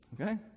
okay